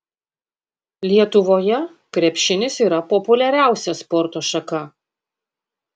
lietuvoje krepšinis yra populiariausia sporto šaka